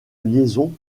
liaison